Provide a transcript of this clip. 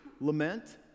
lament